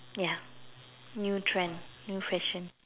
ya new trend new fashion